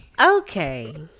okay